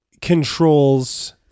controls